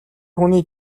хүний